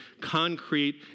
concrete